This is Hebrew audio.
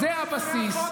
זה הבסיס.